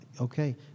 Okay